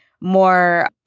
more